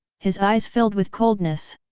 his eyes filled with coldness.